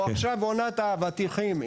או עכשיו עונת האבטיחים,